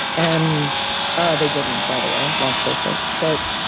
and ah they didn't, by the way, long story short. but,